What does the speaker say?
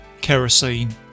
kerosene